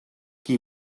qui